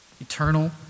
eternal